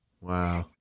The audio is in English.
Wow